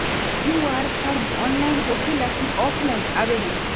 QR form online होकेला कि offline आवेदन?